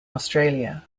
australia